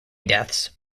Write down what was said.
deaths